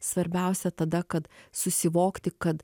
svarbiausia tada kad susivokti kad